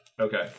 Okay